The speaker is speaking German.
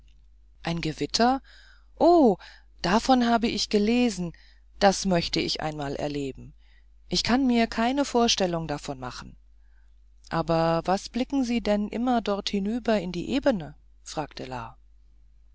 ein gewitter oh davon haben wir gelesen das möchte ich einmal erleben ich kann mir keine vorstellung davon machen aber was blicken sie denn immer dort hinüber in die ebene fragte